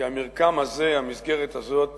כי המרקם הזה, המסגרת הזאת